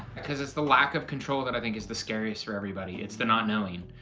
cause it's the lack of control that i think is the scariest for everybody, it's the not knowing.